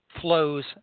flows